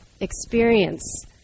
experience